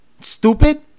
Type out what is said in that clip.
Stupid